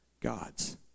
God's